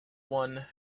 one